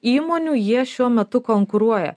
įmonių jie šiuo metu konkuruoja